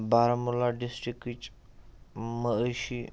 بارہملہ ڈِسٹِرکٕچ مَعٲشی